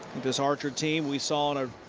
this archer team, we saw on ah